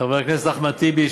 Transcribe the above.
חבר הכנסת אחמד טיבי,